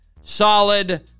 solid